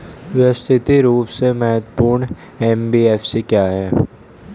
व्यवस्थित रूप से महत्वपूर्ण एन.बी.एफ.सी क्या हैं?